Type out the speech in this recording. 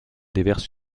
déverse